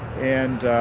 and